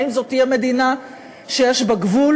האם זאת תהיה מדינה שיש בה גבול.